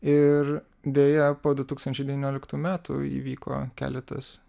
ir deja po du tūkstančiai devynioliktų metų įvyko keletas